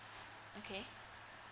okay